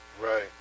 Right